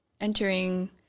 entering